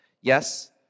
Yes